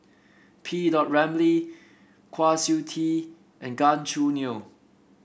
P dot Ramlee Kwa Siew Tee and Gan Choo Neo